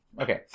Okay